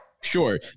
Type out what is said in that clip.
sure